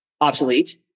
obsolete